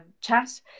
chat